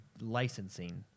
licensing